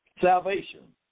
salvation